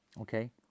Okay